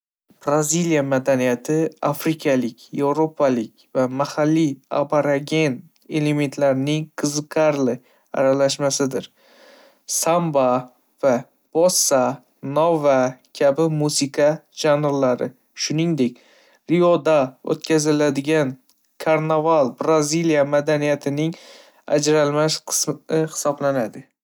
Braziliya madaniyati, afrikalik, evropalik va mahalliy aborigen elementlarning qiziqarli aralashmasidir. Samba va bossa nova kabi musiqa janrlari, shuningdek, Rioda o'tkaziladigan karnaval, Braziliya madaniyatining ajralmas qismi hisoblanadi.